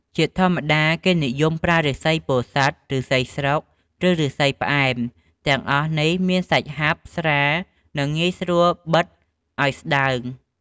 ជាធម្មតា គេនិយមប្រើឫស្សីពោធិ៍សាត់ ឫស្សីស្រុក ឬ ឫស្សីផ្អែម ទាំងអស់នេះមានសាច់ហាប់ ស្រាល និងងាយស្រួលបិតអោយស្ដើង។